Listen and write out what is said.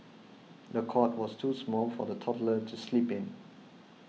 the cot was too small for the toddler to sleep in